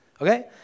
Okay